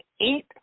eight